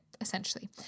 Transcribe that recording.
essentially